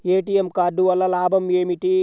ATM card వల్ల లాభం ఏమిటి?